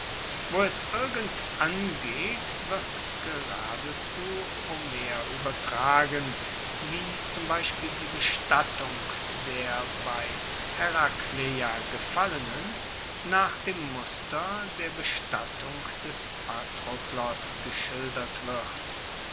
wo es irgend angeht wird geradezu homer uebertragen wie zum beispiel die bestattung der bei herakleia gefallenen nach dem muster der bestattung des patroklos geschildert wird